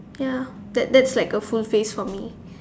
ya that that's like a full face for me